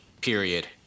period